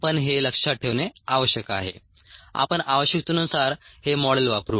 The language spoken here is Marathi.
आपण हे लक्षात ठेवणे आवश्यक आहे आपण आवश्यकतेनुसार हे मॉडेल वापरू